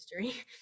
history